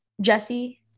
Jesse